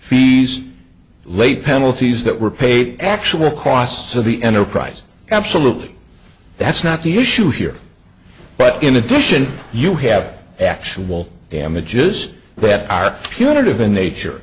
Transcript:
fees late penalties that were paid actual costs of the enterprise absolutely that's not the issue here but in addition you have actual damages but at our unit of a nature